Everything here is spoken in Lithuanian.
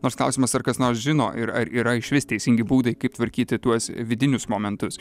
nors klausimas ar kas nors žino ir ar yra išvis teisingi būdai kaip tvarkyti tuos vidinius momentus